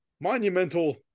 Monumental